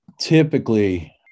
Typically